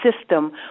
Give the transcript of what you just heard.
system